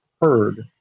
heard